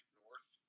north